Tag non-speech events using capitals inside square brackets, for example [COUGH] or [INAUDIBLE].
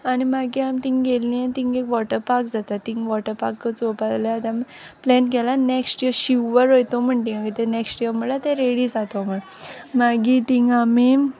आनी मागी आम तींग गेल्लीं तींग एक वोटर पार्क जाता तींग वोटर पार्क चोवपा [UNINTELLIGIBLE] प्लेन केला नॅक्स्ट इयर श्युअर वोयतो म्हूण तिंगा कित्या नॅक्स्ट इयर म्हूणळ्यार तें रेडी जातो म्हूण मागी तींग आमी